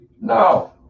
no